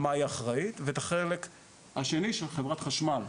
על מה היא אחראית ואת החלק השני של חברת חשמל.